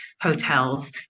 hotels